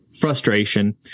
frustration